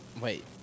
Wait